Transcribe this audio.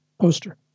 poster